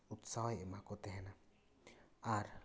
ᱩᱛᱥᱟᱦᱚᱭ ᱮᱢᱟ ᱠᱚ ᱛᱟᱦᱮᱸᱱᱟ ᱟᱨ